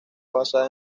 basada